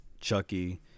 Chucky